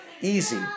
easy